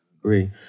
agree